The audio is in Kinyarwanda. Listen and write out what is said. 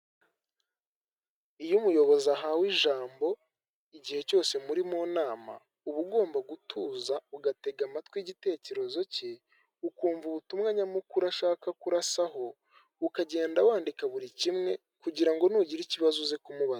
Iyo umuyobozi ahawe ijambo igihe cyose muri mu nama uba ugomba gutuza ugatega amatwi igitekerezo cye ukumva ubutumwa nyamukuru ashaka kurasaho ukagenda wandika buri kimwe kugira ngo nugire ikibazo uze kumubaza.